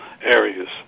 areas